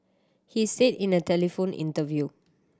he said in a telephone interview